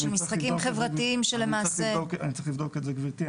של משחקים חברתיים שלמעשה --- אני צריך לבדוק את זה גבירתי,